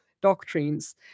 doctrines